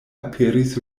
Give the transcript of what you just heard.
aperis